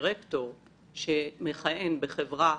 אני לא יכולה לדבר על דירקטורים שאני לא מכירה.